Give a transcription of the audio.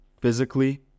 Physically